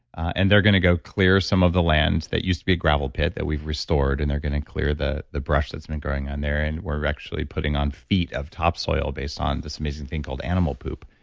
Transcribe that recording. and they're going to go clear some of the lands that used to be a gravel pit that we've restored, and they're going to and clear the the brush that's been going on there, and we're actually putting on feet of topsoil based on this amazing thing called animal poop.